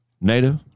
Native